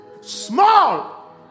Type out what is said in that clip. small